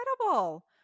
incredible